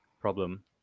problem